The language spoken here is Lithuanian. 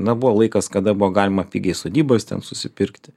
na buvo laikas kada buvo galima pigiai sodybas ten susipirkti